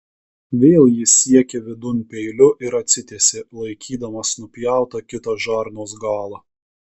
vėl jis siekė vidun peiliu ir atsitiesė laikydamas nupjautą kitą žarnos galą